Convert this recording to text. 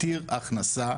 עתיר הכנסה,